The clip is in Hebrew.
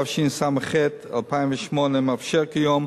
התשס"ח 2008, מאפשר כיום,